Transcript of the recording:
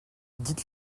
dites